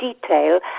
detail